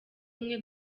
umwe